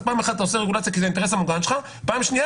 פעם אחת אתה עושה רגולציה כי זה האינטרס המוגן שלך ופעם שנייה